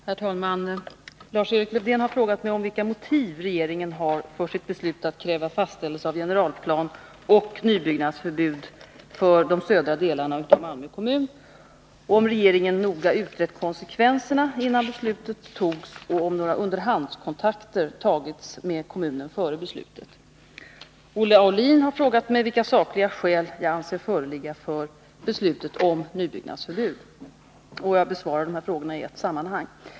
Herr talman! Lars-Erik Lövdén har frågat mig om vilka motiv regeringen har för sitt beslut att kräva fastställelse av generalplan och nybyggnadsförbud för de södra delarna av Malmö kommun, om regeringen noga utrett konsekvenserna innan beslutet togs och om några underhandskontakter tagits med kommunen före beslutet. Olle Aulin har frågat mig vilka sakliga skäl jag anser föreligga för beslutet om nybyggnadsförbud. Jag besvarar frågorna i ett sammanhang.